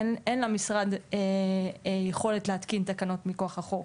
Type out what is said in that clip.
אין למשרד יכולת להתקין תקנות מכוח החוק.